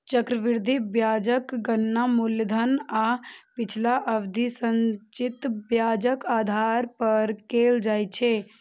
चक्रवृद्धि ब्याजक गणना मूलधन आ पिछला अवधिक संचित ब्याजक आधार पर कैल जाइ छै